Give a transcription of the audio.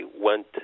went